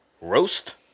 roast